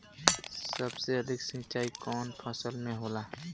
सबसे अधिक सिंचाई कवन फसल में होला?